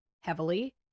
heavily